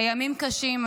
הימים קשים.